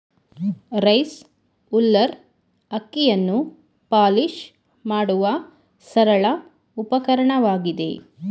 rice huller ಅಕ್ಕಿಯನ್ನು polish ಮಾಡುವ ಸರಳ ಉಪಕರಣವಾಗಿದೆ